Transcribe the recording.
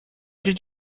did